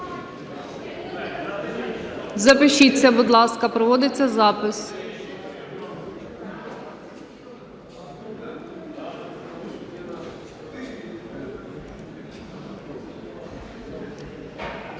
запишіться, будь ласка. Проводиться запис.